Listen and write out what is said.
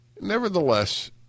Nevertheless